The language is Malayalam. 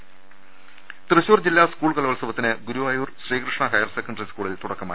ട യാക്കാക്ക തൃശൂർ ജില്ലാ സ്കൂൾ കലോത്സവത്തിന് ഗുരുവായൂർ ശ്രീകൃഷ്ണ ഹയർസെക്കന്ററി സ്കൂളിൽ തുടക്കമായി